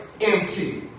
empty